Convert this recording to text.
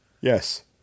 Yes